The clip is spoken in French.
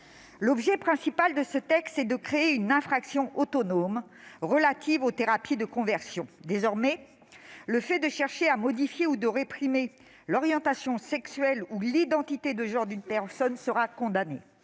L'objet principal de ce texte est de créer une infraction autonome relative aux thérapies de conversion. Désormais, le fait de chercher à modifier ou de réprimer l'orientation sexuelle ou l'identité de genre d'une personne sera condamné.